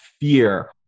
fear